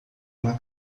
uma